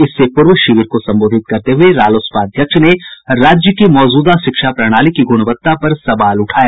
इससे पूर्व शिविर को संबोधित करते हुए रालोसपा अध्यक्ष ने राज्य की मौजूदा शिक्षा प्रणाली की गुणवत्ता पर सवाल उठाया